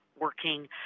working